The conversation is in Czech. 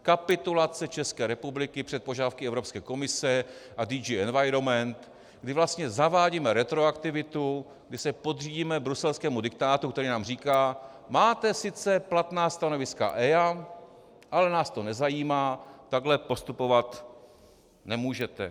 Kapitulace České republiky před požadavky Evropské komise a DG Environment, kdy vlastně zavádíme retroaktivitu, kdy se podřídíme bruselskému diktátu, který nám říká: Máte sice platná stanoviska EIA, ale nás to nezajímá, takhle postupovat nemůžete.